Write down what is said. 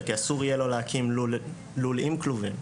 כי אסור יהיה לו להקים לול עם כלובים.